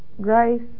Grace